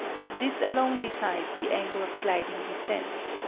as this alone decides the angle of gliding descent.